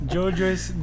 Jojo's